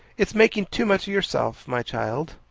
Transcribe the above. it's making too much of yourself, my child.